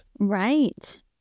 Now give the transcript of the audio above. Right